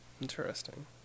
Interesting